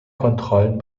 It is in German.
kontrollen